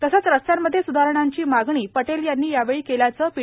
तसंच रस्त्यांमध्ये सुधारणेची मागणी पटेल यांनी यावेळी केल्याचं पी